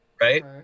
Right